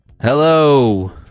Hello